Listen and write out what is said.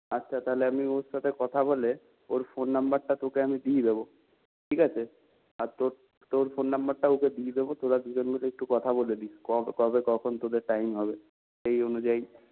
আচ্ছা তাহলে আমি ওর সাথে কথা বলে ওর ফোন নম্বরটা তোকে আমি দিয়ে দেব ঠিক আছে আর তোর ফোন নম্বরটা ওকে দিয়ে দেব তোরা দুজন মিলে একটু কথা বলে নিস কবে কখন তোদের টাইম হবে সেই অনুযায়ী